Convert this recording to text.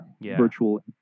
virtual